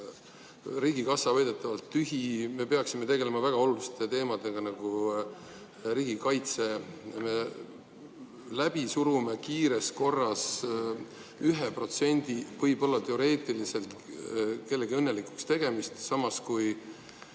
riigikassa on väidetavalt tühi ja me peaksime tegelema väga oluliste teemadega nagu riigikaitse, me surume läbi kiires korras 1% võib-olla teoreetiliselt kellegi õnnelikuks tegemist, samas kui